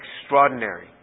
extraordinary